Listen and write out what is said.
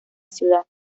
ciudad